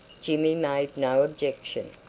jimmy made no objection,